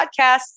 podcasts